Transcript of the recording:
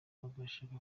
bagashaka